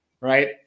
Right